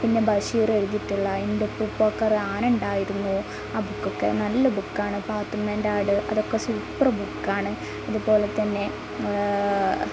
പിന്നെ ബഷീറെഴുതിയിട്ടുള്ള എൻ്റെ ഉപ്പുപ്പാക്കൊരാനണ്ടായിര്ന്നു ആ ബുക്കൊക്കെ നല്ല ബുക്കാണ് പാത്തുമ്മേൻ്റെ ആട് അതൊക്കെ സൂപ്പർ ബുക്കാണ് ഇതേ പോലെ തന്നെ